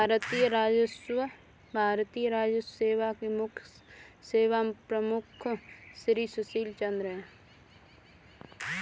भारतीय राजस्व सेवा के मुख्य सेवा प्रमुख श्री सुशील चंद्र हैं